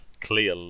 clear